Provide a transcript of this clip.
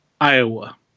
Iowa